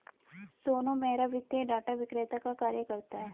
सोनू मेहरा वित्तीय डाटा विक्रेता का कार्य करता है